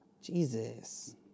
Jesus